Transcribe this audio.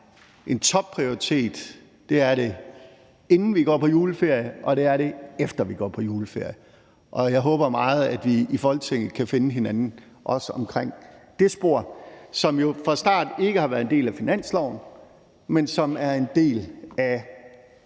en topprioritet, inden vi går på juleferie, og det er det, efter vi går på juleferie, og jeg håber meget, at vi i Folketinget kan finde hinanden også omkring det spor, som jo fra starten ikke har været en del af finansloven, men som er en del af